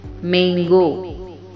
Mango